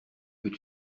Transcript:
peux